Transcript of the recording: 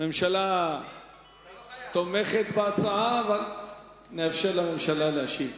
הממשלה תומכת בהצעה אבל נאפשר לממשלה להשיב.